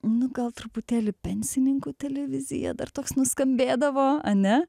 nu gal truputėlį pensininkų televizija dar toks nuskambėdavo ane